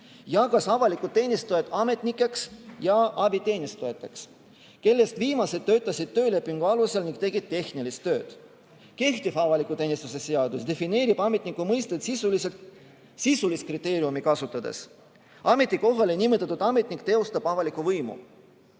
jagas avalikud teenistujad ametnikeks ja abiteenistujateks, kellest viimased töötasid töölepingu alusel ning tegid tehnilist tööd. Kehtiv avaliku teenistuse seadus defineerib ametniku mõistet sisulist kriteeriumit kasutades: ametikohale nimetatud ametnik teostab avalikku võimu,